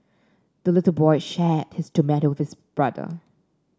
the little boy shared his tomato with brother